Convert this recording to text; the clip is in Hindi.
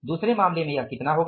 दूसरे मामले में यह कितना होगा